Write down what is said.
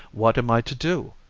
what am i to do?